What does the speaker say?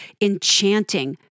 enchanting